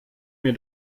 mir